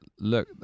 Look